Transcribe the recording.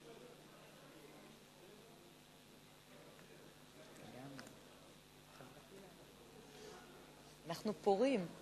אנחנו פוריים.